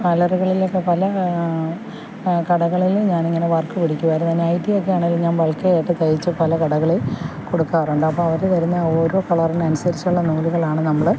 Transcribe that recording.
പാർലറുകളിലൊക്കെ പല കടകളിലും ഞാനിങ്ങനെ വർക്ക് പിടിക്കുമായിരുന്നു നൈറ്റിയൊക്കെയാണെങ്കിലും ഞാൻ ബൾക്കായിട്ട് തയ്ച്ച് പല കടകളിൽ കൊടുക്കാറുണ്ട് അപ്പോൾ അവർ തരുന്ന ഓരോ കളറിനനുസരിച്ചുള്ള നൂലുകളാണ് നമ്മൾ